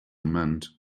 mend